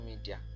media